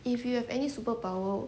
if you have any superpowers